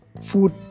food